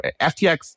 FTX